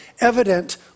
evident